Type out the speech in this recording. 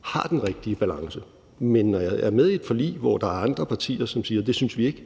har den rigtige balance. Men når vi er med i et forlig, hvor der er andre partier, som siger, at det synes de ikke,